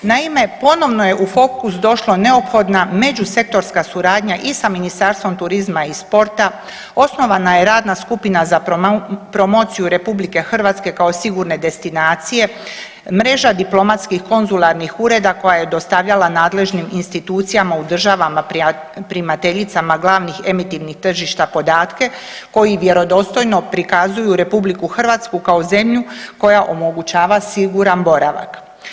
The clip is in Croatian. Naime, ponovno je u fokus došlo neophodna međusektorska suradnja i sa Ministarstvom turizma i sporta, osnovana je Radna skupina za promociju Republike Hrvatske kao sigurne destinacije, mreža diplomatskih konzularnih ureda koja je dostavljala nadležnim institucijama u državama primateljicama glavnih emitivnih tržišta podatke koji vjerodostojno prikazuju Republiku Hrvatsku kao zemlju koja omogućava siguran boravak.